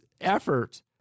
effort